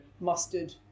mustard